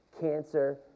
cancer